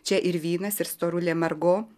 čia ir vynas ir storulė margo